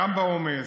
גם בעומס,